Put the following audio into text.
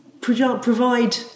provide